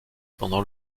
pendant